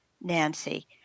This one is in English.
Nancy